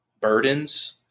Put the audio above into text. burdens